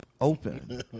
open